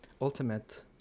ultimate